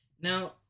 Now